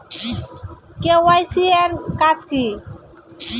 KYC এর কাজ কি?